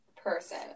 person